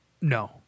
no